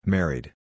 Married